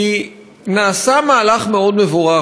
כי נעשה מהלך מאוד מבורך,